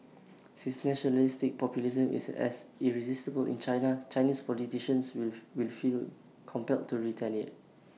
since nationalistic populism is as irresistible in China Chinese politicians will will feel compelled to retaliate